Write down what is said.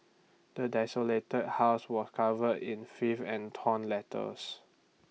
the desolated house was covere in filth and torn letters